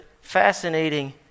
fascinating